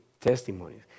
testimonies